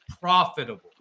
profitable